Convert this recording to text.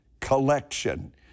collection